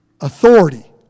authority